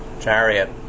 chariot